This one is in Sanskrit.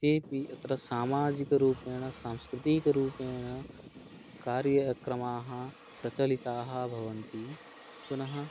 तेऽपि अत्र सामाजिकरूपेण सांस्कृतिकरूपेण कार्यक्रमाः प्रचलिताः भवन्ति पुनः